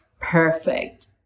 perfect